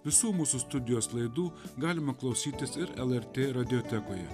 visų mūsų studijos laidų galima klausytis ir lrt radiotekoje